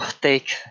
take